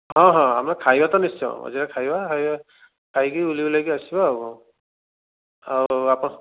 ହଁ ହଁ ଆମେ ଖାଇବା ତ ନିଶ୍ଚୟ ମଝିରେ ଖାଇବା ଖାଇକି ବୁଲି ବାଲିକି ଆସିବା ଆଉ କ'ଣ ଆଉ ଆପଣ